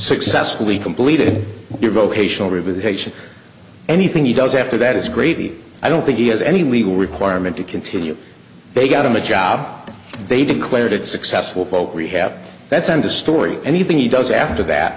successfully completed your vocational rehabilitation anything he does after that is gravy i don't think he has any legal requirement to continue they got him a job they declared it successful folk rehab that's end of story anything he does after that